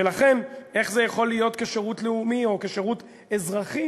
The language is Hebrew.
ולכן איך זה יכול להיות שירות לאומי או שירות אזרחי